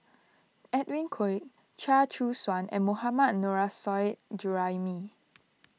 Edwin Koek Chia Choo Suan and Mohammad Nurrasyid Juraimi